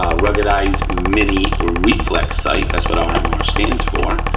ah ruggedized mini reflex sight, that's what um rmr stands for.